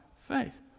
faith